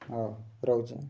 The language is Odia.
ହଉ ରହୁଛି